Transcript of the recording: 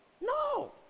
No